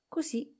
Così